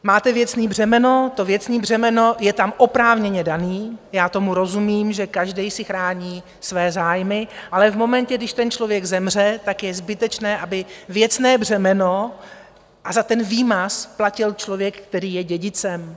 Máte věcné břemeno, to věcné břemeno je tam oprávněně dané, já tomu rozumím, že každý si chrání své zájmy, ale v momentě, když ten člověk zemře, je zbytečné, aby věcné břemeno a za ten výmaz platil člověk, který je dědicem.